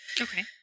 Okay